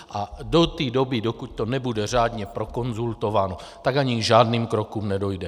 A do té doby, dokud to nebude řádně prokonzultováno, tak ani k žádným krokům nedojde.